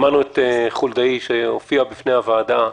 שמענו את חולדאי שהופיע בפני הוועדה,